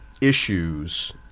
issues